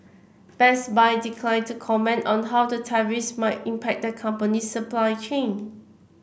Best Buy declined to comment on how the tariffs might impact the company's supply chain